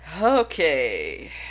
Okay